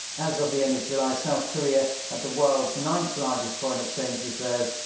as of the end of july, south korea had the world's ninth largest foreign exchange reserves,